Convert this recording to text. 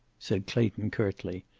said clayton, curtly.